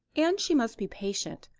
and she must be patient,